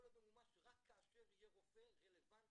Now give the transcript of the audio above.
להיות ממומש רק כאשר יהיה רופא רלוונטי,